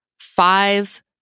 five